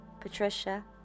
Patricia